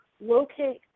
locate